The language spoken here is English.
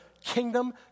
kingdom